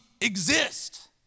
exist